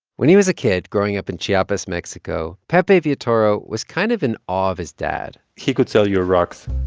when he was a kid growing up in chiapas, mexico, pepe villatoro was kind of in awe of his dad he could sell you rocks